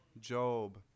Job